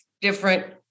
different